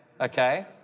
Okay